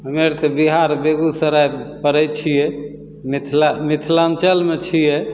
हमे आर तऽ बिहार बेगूसरायमे पड़ै छिए मिथिला मिथलाञ्चलमे छिए